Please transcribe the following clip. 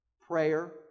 Prayer